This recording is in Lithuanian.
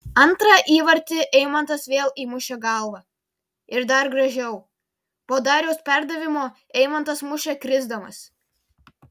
antrą įvartį eimantas vėl įmušė galva ir dar gražiau po dariaus perdavimo eimantas mušė krisdamas